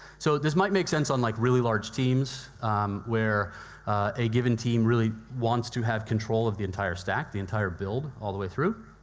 so, this might make sense on like really large teams where a given team really wants to have control of the entire stack, the entire build all the way through,